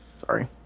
Sorry